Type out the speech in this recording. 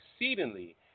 exceedingly